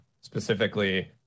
specifically